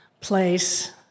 place